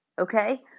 okay